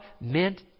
meant